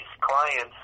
clients